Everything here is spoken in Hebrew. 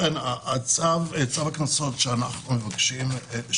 הצו אושר פה אחד.